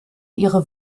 ihre